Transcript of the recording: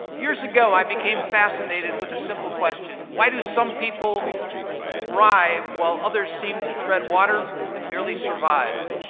years ago, i became fascinated with a simple question, why do some people thrive while others seem to tread water and merely survive?